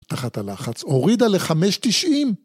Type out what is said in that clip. תחת הלחץ, הורידה ל-5.90